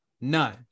None